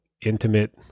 Intimate